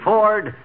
Ford